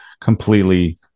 completely